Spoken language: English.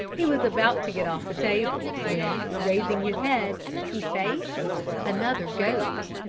he was about to get off the table, when raising his head, he faced another goat.